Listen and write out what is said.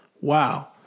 Wow